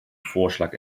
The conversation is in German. vorschlag